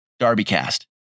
DarbyCast